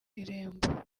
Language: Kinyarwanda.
irembo